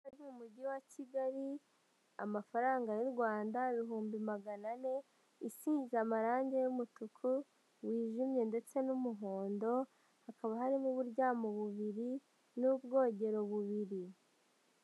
Inzu iri mu Mujyi wa Kigali amafaranga y'u Rwanda ibihumbi magana ane, isize amarange y'umutuku wijimye ndetse n'umuhondo, hakaba harimo uburyamo bubiri n'ubwogero bubiri.